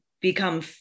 become